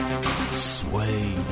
sway